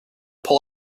pull